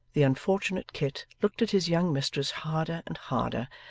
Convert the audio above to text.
the unfortunate kit looked at his young mistress harder and harder,